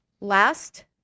Last